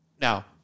now